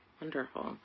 wonderful